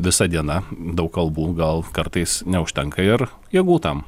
visa diena daug kalbų gal kartais neužtenka ir jėgų tam